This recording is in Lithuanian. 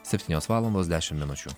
septynios valomos dešimt minučių